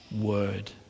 word